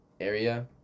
area